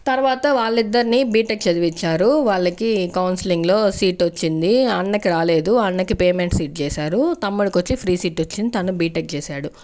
తర్వాత వాళ్ళిద్దర్నీ బీటెక్ చదివించారు వాళ్ళకి కౌన్సిలింగ్లో సీటొచ్చింది అన్నకి రాలేదు అన్నకి పేమెంట్ సీట్ చేశారు తమ్ముడికొచ్చి ఫ్రీ సీట్ వచ్చింది తను బీటెక్ చేశాడు